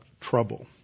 trouble